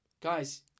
Guys